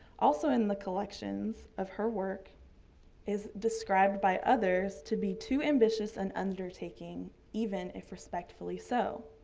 also in the collections of her work is described by others to be too ambitious an undertaking even if respectfully so.